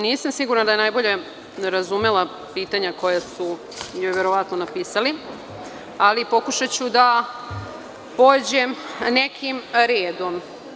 Nisam sigurna da je najbolje razumela pitanja koja su joj verovatno napisali, ali pokušaću da pođem nekim redom.